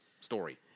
story